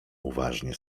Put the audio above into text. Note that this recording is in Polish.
uważnie